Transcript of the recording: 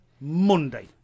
Monday